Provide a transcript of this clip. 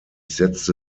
setzte